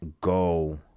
go